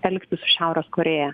elgtis su šiaurės korėja